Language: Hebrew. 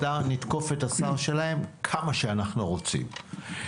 נתקוף את השר שלהם כמה שאנחנו רוצים.